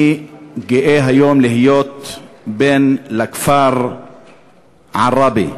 אני גאה היום להיות בן הכפר עראבה.